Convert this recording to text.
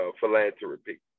philanthropy